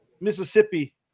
Mississippi